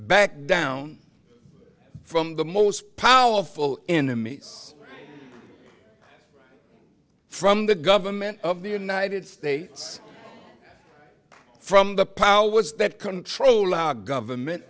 backed down from the most powerful enemies from the government of the united states from the power was that control our government